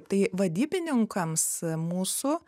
tai vadybininkams mūsų